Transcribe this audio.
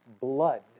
blood